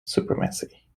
supremacy